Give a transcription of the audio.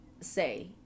say